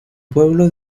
pueblo